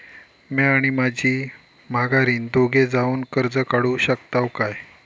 म्या आणि माझी माघारीन दोघे जावून कर्ज काढू शकताव काय?